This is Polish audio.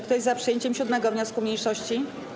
Kto jest za przyjęciem 7. wniosku mniejszości?